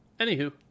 anywho